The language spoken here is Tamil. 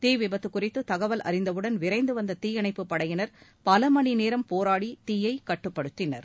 தீ விபத்து குறித்து தகவல் அறிந்தவுடன் விரைந்து வந்த தீயணைப்புப் படையினர் பலமணிநேரம் போராடி தீயைக் கட்டுப்படுத்தினர்